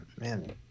man